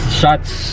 shots